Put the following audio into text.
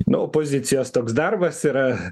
nu opozicijos toks darbas yra